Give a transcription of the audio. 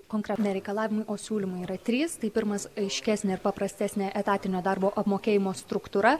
konkrečiau ne reikalavimai o siūlymai yra trys tai pirmas aiškesnė paprastesnė etatinio darbo apmokėjimo struktūra